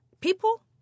people